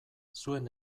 zuen